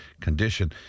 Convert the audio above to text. condition